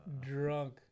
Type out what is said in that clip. drunk